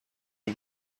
این